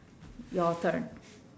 your turn